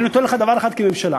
אני נותן לך דבר אחד כממשלה,